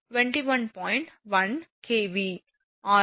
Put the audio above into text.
m0 0